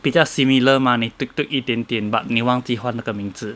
比较 similar mah 你 tweak tweak 一点点 but 你忘记换那个名字